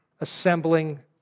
assembling